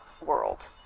world